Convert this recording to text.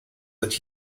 that